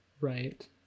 Right